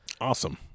Awesome